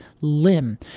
limb